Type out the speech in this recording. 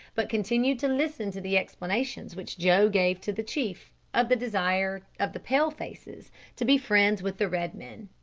but continued to listen to the explanations which joe gave to the chief, of the desire of the pale-faces to be friends with the red-men.